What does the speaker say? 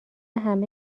همه